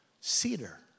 Cedar